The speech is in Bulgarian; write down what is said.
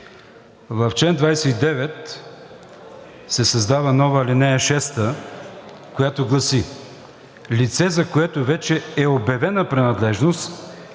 В чл. 29 се създава нова ал. 6, която гласи: „Лице, за което вече е обявена принадлежност…“,